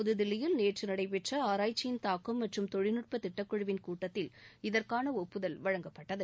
புதுதில்லியில் நேற்று நடைபெற்ற ஆராய்ச்சியின் தாக்கம் மற்றும் தொழில்நுட்பத் திட்டக் குழுவின் கூட்டத்தில் இதற்கான ஒப்புதல் வழங்கப்பட்டது